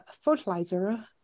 fertilizer